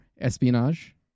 espionage